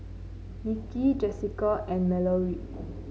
Niki Jessica and Mallorie